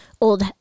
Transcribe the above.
old